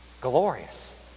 Glorious